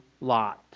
Lot